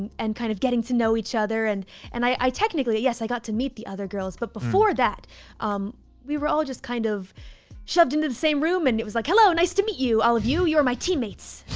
and kind of getting to know each other and and i technically, yes, i got to meet the other girls. but before that we were all just kind of shoved into the same room and it was like, hello, nice to meet you. all of you, you are my teammates.